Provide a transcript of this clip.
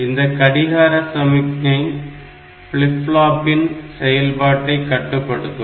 இந்த கடிகார சமிக்ஞை ஃபிளிப் ஃப்ளாப்பின் செயல்பாட்டை கட்டுப்படுத்தும்